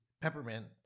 peppermint